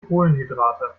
kohlenhydrate